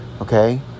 Okay